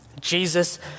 Jesus